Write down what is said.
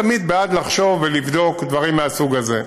אני תמיד בעד לחשוב ולבדוק דברים מהסוג הזה.